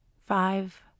five